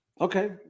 Okay